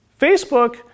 facebook